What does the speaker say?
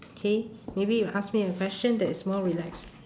okay maybe you ask me a question that is more relaxed